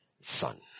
son